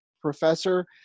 professor